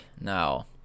Now